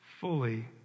fully